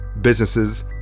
businesses